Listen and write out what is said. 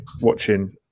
watching